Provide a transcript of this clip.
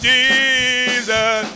Jesus